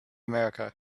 america